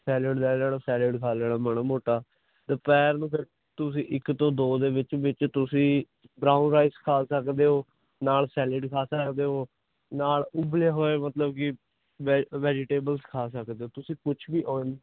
salad ਲੈ ਲਾਣਾ salad ਖਾ ਲੈਣਾ ਮਾੜਾ ਮੋਟਾ ਦੁਪਹਿਰ ਨੂੰ ਫਿਰ ਤੁਸੀਂ ਇੱਕ ਤੋਂ ਦੋ ਦੇ ਵਿੱਚ ਵਿੱਚ ਤੁਸੀਂ ਬਰਾਊਣ ਰਾਈਸ ਖਾ ਸਕਦੇ ਹੋ ਨਾਲ ਸੈਲਡ ਖਾ ਸਕਦੇ ਹੋ ਨਾਲ ਉਬਲੇ ਹੋਏ ਮਤਲਬ ਕਿ ਵੈਜੀ ਵੈਜੀਟੇਬਲ ਖਾ ਸਕਦੇ ਹੋ ਤੁਸੀਂ ਕੁਛ ਵੀ ਓਇਲ